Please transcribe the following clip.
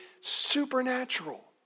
supernatural